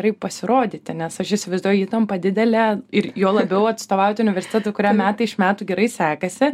gerai pasirodyti nes aš įsivaizduoju įtampa didele ir juo labiau atstovauti universitetui kuriam metai iš metų gerai sekasi